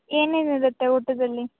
ಏನೇನು ಇರುತ್ತೆ ಊಟದಲ್ಲಿ